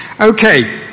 Okay